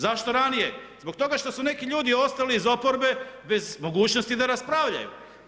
Zašto ranije, zbog toga što su neki ljudi ostali iz oporbe bez mogućnosti da raspravljaju.